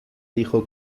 dijo